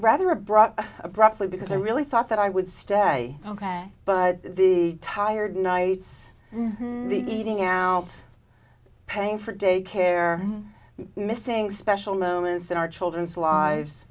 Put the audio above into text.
rather abrupt abruptly because i really thought that i would stay ok but the tired nights eating out paying for daycare missing special moments in our children's lives